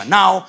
Now